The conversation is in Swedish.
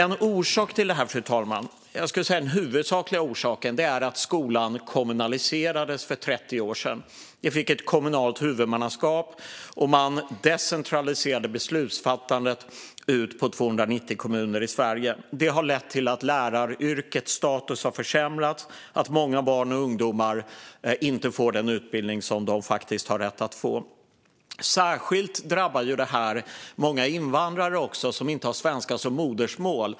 Fru talman! Jag skulle säga att den huvudsakliga orsaken till detta är att skolan kommunaliserades för 30 år sedan. Vi fick ett kommunalt huvudmannaskap, och man decentraliserade beslutsfattandet till 290 kommuner i Sverige. Det har lett till att läraryrkets status har sjunkit och att många barn och ungdomar inte får den utbildning som de faktiskt har rätt att få. Särskilt drabbar detta många invandrare som inte har svenska som modersmål.